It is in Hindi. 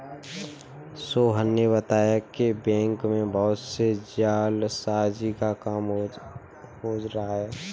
सोहन ने बताया कि बैंक में बहुत से जालसाजी का काम हो रहा है